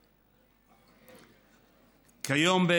כיום,